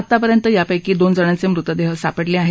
आतापर्यंत यापैकी दोन जणांचे मृतदेह सापडले आहेत